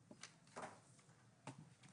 ההצעה אושרה.